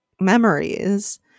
memories